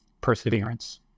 perseverance